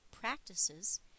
practices